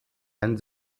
ein